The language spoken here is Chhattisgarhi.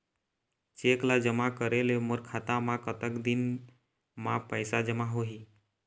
चेक ला जमा करे ले मोर खाता मा कतक दिन मा पैसा जमा होही?